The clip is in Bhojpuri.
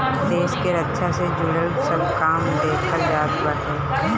देस के रक्षा से जुड़ल सब काम देखल जात बाटे